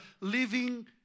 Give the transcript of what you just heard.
living